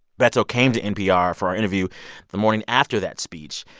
beto came to npr for our interview the morning after that speech,